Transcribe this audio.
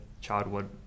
childhood